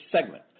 segment